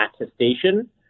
attestation